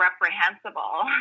reprehensible